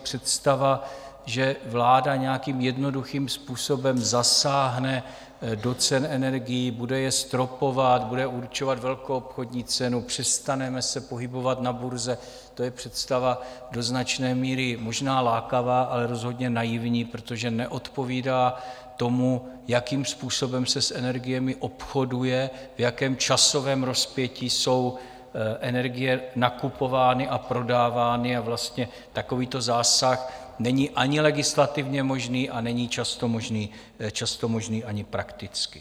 Představa, že vláda nějakým jednoduchým způsobem zasáhne do cen energií, bude je stropovat, bude určovat velkoobchodní cenu, přestaneme se pohybovat na burze, to je představa do značné míry možná lákavá, ale rozhodně naivní, protože neodpovídá tomu, jakým způsobem se s energiemi obchoduje, v jakém časovém rozpětí jsou energie nakupovány a prodávány, a vlastně takovýto zásah není ani legislativně možný a není často možný ani prakticky.